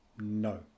No